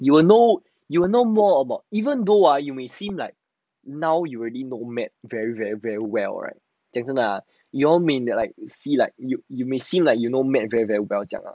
you will know you will know more about even though ah you may seem like now you already know matte very very very well right 讲真的 ah you all may like you see like you you may seem like you know matte very very well 这样 ah